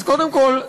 אז קודם כול,